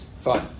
Fine